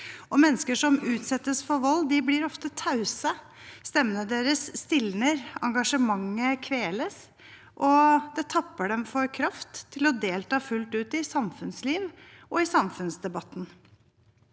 Mennesker som utsettes for vold, blir ofte tause. Stemmene deres stilner, engasjementet kveles, og det tapper dem for kraft til å delta fullt ut i samfunnsliv og i samfunnsdebatten.